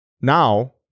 now